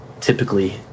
typically